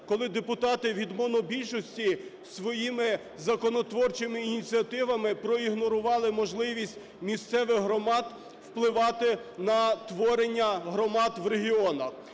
коли депутати від монобільшості своїми законотворчими ініціативами проігнорували можливість місцевих громад впливати на творення громад в регіонах.